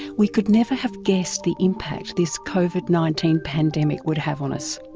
we could never have guessed the impact this covid nineteen pandemic would have on us.